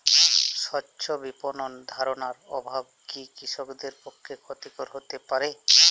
স্বচ্ছ বিপণন ধারণার অভাব কি কৃষকদের পক্ষে ক্ষতিকর হতে পারে?